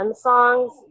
songs